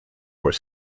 were